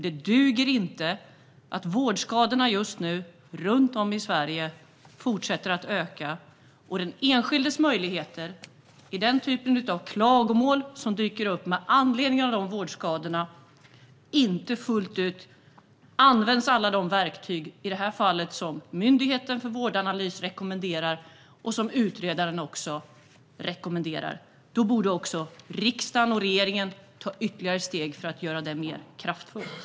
Det duger inte att vårdskadorna runt om i Sverige fortsätter att öka och att det när det gäller den enskildes möjligheter, i den typ av klagomål som dyker upp med anledning av de vårdskadorna, inte fullt ut används alla de verktyg som myndigheten Vårdanalys rekommenderar och som utredaren också rekommenderar. Då borde riksdagen och regeringen ta ytterligare steg för att göra det mer kraftfullt.